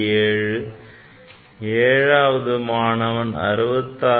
7 ஏழாவது மாணவன் 66